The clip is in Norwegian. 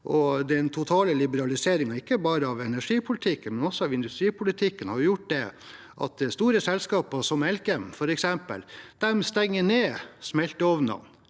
Den totale liberaliseringen av ikke bare energipolitikken, men også av industripolitikken, har gjort at store selskaper, som f.eks. Elkem, stenger ned smelteovner